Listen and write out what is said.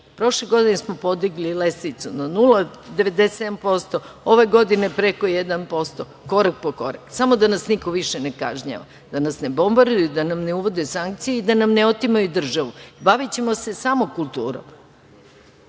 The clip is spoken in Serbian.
više. Prošle godine smo podigli lestvicu na 0,97%, ove godine preko 1%. Korak po korak, samo da nas niko više ne kažnjava, da nas ne bombarduju, da nam ne uvode sankcije i da nam ne otimaju državu. Bavićemo se samo kulturom